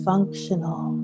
Functional